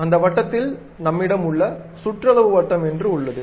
அதே வட்டத்தில் நம்மிடம் உள்ள சுற்றளவு வட்டம் ஒன்று உள்ளது